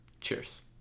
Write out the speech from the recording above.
Cheers